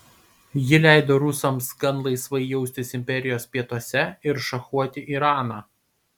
ji leido rusams gan laisvai jaustis imperijos pietuose ir šachuoti iraną